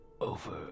over